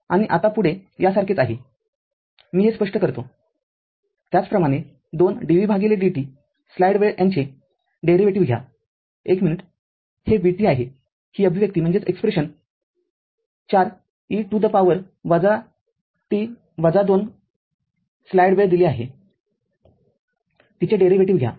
आणि आता पुढे यासारखेच आहे मी हे स्पष्ट करतोत्याचप्रमाणे तो dvdt स्लाईड वेळ याचे डेरिव्हेटीव्ह घ्या एकच मिनिटहे vt आहे ही अभिव्यक्ती ४ e to the power t २ घात स्लाईड वेळ दिली आहे तिचे डेरिव्हेटीव्ह घ्या